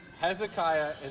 Hezekiah